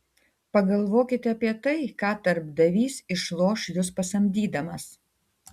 pagalvokite apie tai ką darbdavys išloš jus pasamdydamas